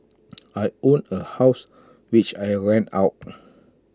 I own A house which I rent out